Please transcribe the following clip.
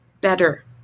better